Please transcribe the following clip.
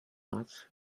much